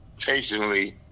patiently